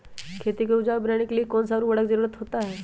खेती को उपजाऊ बनाने के लिए कौन कौन सा उर्वरक जरुरत होता हैं?